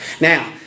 Now